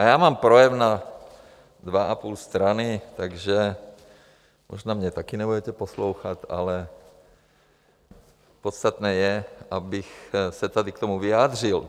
Já mám projev na dvě a půl strany, takže možná mě taky nebudete poslouchat, ale podstatné je, abych se tady k tomu vyjádřil.